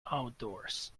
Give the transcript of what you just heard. outdoors